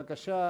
בבקשה.